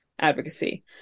advocacy